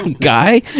guy